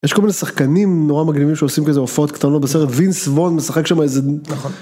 יש כל מיני שחקנים נורא מגניבים שעושים כזה הופעות קטנות בסרט ווינס וון משחק שם איזה נכון.